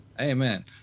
Amen